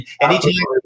Anytime